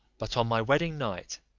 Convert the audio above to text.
but on my wedding-night,